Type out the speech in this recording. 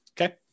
Okay